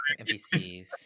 NPCs